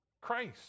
Christ